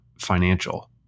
financial